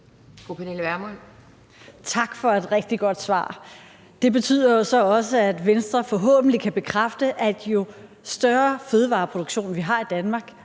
Tak for et rigtig godt svar. Det betyder jo så også, at Venstre forhåbentlig kan bekræfte, at jo større fødevareproduktion vi har i Danmark